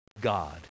God